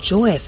Joy